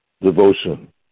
devotion